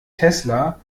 tesla